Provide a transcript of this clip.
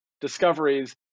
discoveries